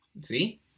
See